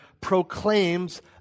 proclaims